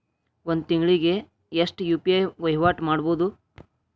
ಒಂದ್ ತಿಂಗಳಿಗೆ ಎಷ್ಟ ಯು.ಪಿ.ಐ ವಹಿವಾಟ ಮಾಡಬೋದು?